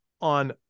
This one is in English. on